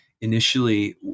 initially